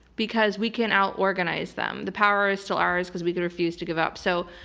because we can out organize them. the power is still ours because we can refuse to give up. so,